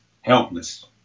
helpless